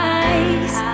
eyes